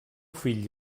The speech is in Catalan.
fill